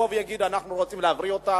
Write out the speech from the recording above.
ויגידו: אנחנו רוצים להבריא אותה,